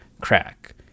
crack